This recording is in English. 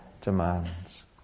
demands